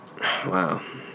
Wow